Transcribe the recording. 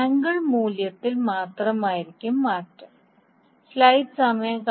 angle മൂല്യത്തിൽ മാത്രമായിരിക്കും മാറ്റം